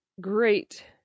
great